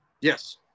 Yes